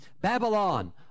Babylon